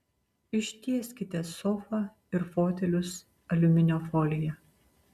ištieskite sofą ir fotelius aliuminio folija